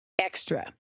extra